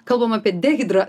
kalbam apie dehidra